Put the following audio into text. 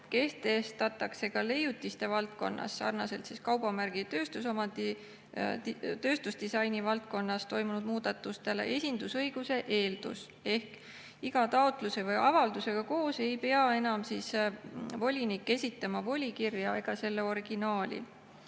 kehtestatakse leiutiste valdkonnas sarnaselt kaubamärgi ja tööstusdisaini valdkonnas toimunud muudatustega esindusõiguse eeldus. Ehk iga taotluse või avaldusega koos ei pea enam volinik esitama volikirja ega selle originaali.